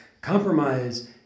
compromise